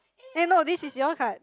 eh no this is your card